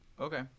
Okay